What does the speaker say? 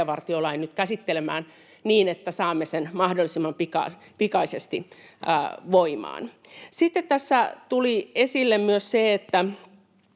käsittelemään niin, että saamme sen mahdollisimman pikaisesti voimaan. Sitten tässä tuli esille myös, missä